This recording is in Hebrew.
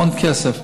המון כסף.